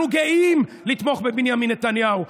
אנחנו גאים לתמוך בבנימין נתניהו.